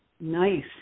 nice